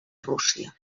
rússia